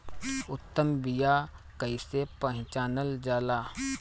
उत्तम बीया कईसे पहचानल जाला?